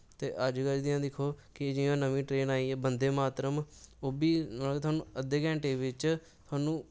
ते अज्ज कल जि'यां दिक्खो जि'यां नमीं ट्रेन आई ऐ बंदे मातृम उ'नैं थोहानूं अद्धे घैंटे बिच